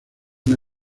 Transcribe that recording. una